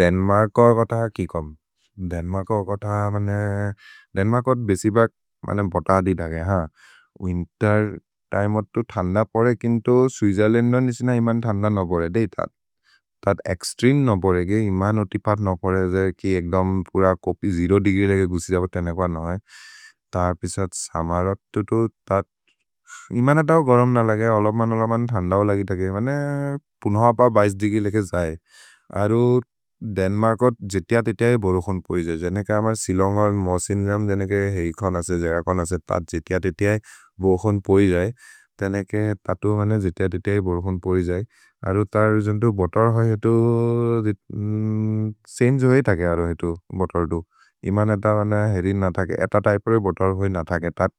दन्मर्को अकत किकोम्? दन्मर्को अकत मने। दन्मर्को अद् बेसि बक्। मनम् बत अदि तके हान्। विन्तेर् तिमे अत्तो थन्द परे केन्तो स्वित्जेर्लन्दो निसि न इमन् थन्द न परे। देहि तत्। तत् एक्स्त्रेमे न परे गे। इमन् ओतिपर् न परे। जे कि एक्दोम् पुर कोपि जेरो देग्री लगे गुझि जब तेनेकुअ नहे। तर् पिसत् समर् अत्तो तो तत् इमन तौ गरम् न लगे। अलमन्-अलमन् थन्द हो लगि तके। मने पुनहप बीस दो देग्री लेखे जये। अरु दन्मर्को जेति अतेतिये बोरोकोन् पोइ जये। जेनेके अमर् सिलोन्गल् मसिन् जम्। जेनेके हेइकोन् असे। जेगकोन् असे तत् जेति अतेतिये बोरोकोन् पोइ जये। तेनेके ततु जेति अतेतिये बोरोकोन् पोइ जये। अरु तरुजुन्तो बोतर् होइ हेतु सेन्ज् होइ तके अरो हेतु। भोतर् तु इमन त बन हेरि न तके। एत त्य्पे होइ बोतर् होइ न तके तत्